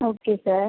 okay sir